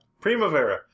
Primavera